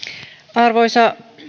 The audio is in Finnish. arvoisa